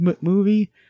movie